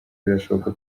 birashoboka